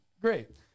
Great